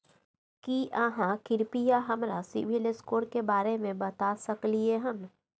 की आहाँ कृपया हमरा सिबिल स्कोर के बारे में बता सकलियै हन?